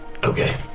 Okay